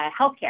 healthcare